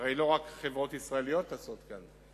הרי לא רק חברות ישראליות טסות כאן,